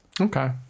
Okay